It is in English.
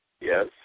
Yes